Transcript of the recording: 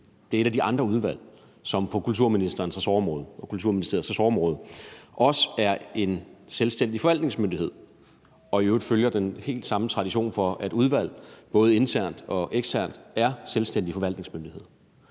det er et af de andre udvalg på Kulturministeriets ressortområde – som også er en selvstændig forvaltningsmyndighed, og som i øvrigt følger den helt samme tradition for, at et udvalg både internt og eksternt er en selvstændig forvaltningsmyndighed.